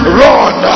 run